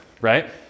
right